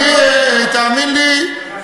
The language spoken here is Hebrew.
תאמין לי,